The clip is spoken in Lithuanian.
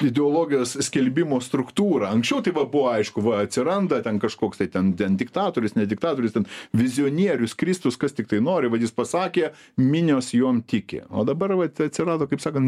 ideologijos skelbimo struktūrą anksčiau tai va buvo aišku va atsiranda ten kažkoks tai ten ten diktatorius ne diktatorius ten vizijonierius kristus kas tiktai nori vat jis pasakė minios juom tiki o dabar vat atsirado kaip sakant